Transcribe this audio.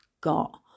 got